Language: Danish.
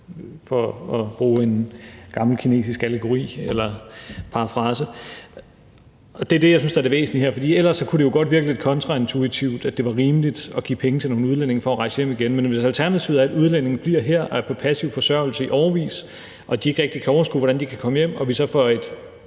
for bruge en gammel kinesisk allegori eller parafrase – og det er det, jeg synes er det væsentlige her. Ellers kunne det jo godt virke lidt kontraintuitivt, at det var rimeligt at give penge til nogle udlændinge for at rejse hjem igen. Men hvis alternativet er, at udlændingene bliver her og er på passiv forsørgelse i årevis og de ikke rigtig kan overskue, hvordan de kan komme hjem, og vi så for et